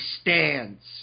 stands